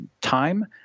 time –